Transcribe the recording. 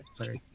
Sorry